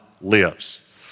lives